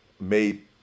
made